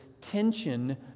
tension